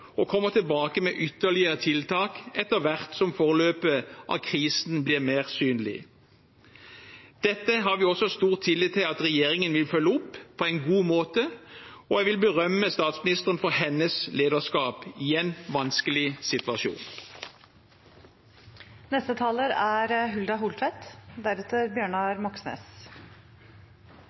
tilbake med ytterligere tiltak etter hvert som forløpet av krisen blir mer synlig. Dette har vi også stor tillit til at regjeringen vil følge opp på en god måte, og jeg vil berømme statsministeren for hennes lederskap i en vanskelig